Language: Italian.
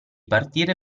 partire